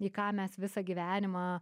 į ką mes visą gyvenimą